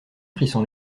frissons